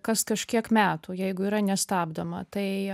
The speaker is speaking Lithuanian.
kas kažkiek metų jeigu yra nestabdoma tai